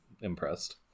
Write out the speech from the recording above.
impressed